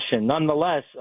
Nonetheless